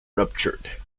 ruptured